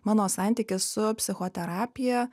mano santykis su psichoterapija